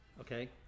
Okay